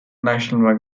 national